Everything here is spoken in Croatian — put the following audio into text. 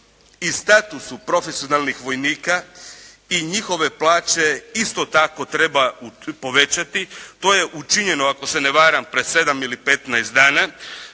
i statusu profesionalnih vojnika i njihove plaće isto tako treba povećati. To je učinjeno, ako se ne varam, pred 7 ili 15 dana,